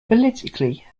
politically